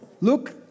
Look